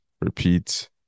repeat